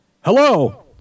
Hello